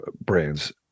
brands